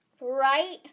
Right